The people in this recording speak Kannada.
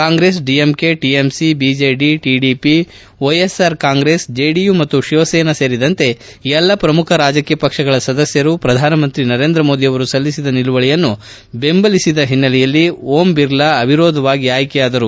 Congress DMK TMC BJD TDP YSR Congress JDU ಮತ್ತು ಶಿವಸೇನಾ ಸೇರಿದಂತೆ ಎಲ್ಲಾ ಪ್ರಮುಖ ರಾಜಕೀಯ ಪಕ್ಷಗಳ ಸದಸ್ವರು ಪ್ರಧಾನಮಂತ್ರಿ ನರೇಂದ್ರ ಮೋದಿ ಅವರು ಸಲ್ಲಿಸಿದ ನಿಲುವಳಿಯನ್ನು ಬೆಂಬಲಿಸಿದ ಹಿನ್ನೆಲೆಯಲ್ಲಿ ಓಂ ಬಿರ್ಲಾ ಅವಿರೋಧವಾಗಿ ಆಯ್ಕೆಯಾದರು